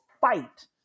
fight